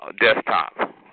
desktop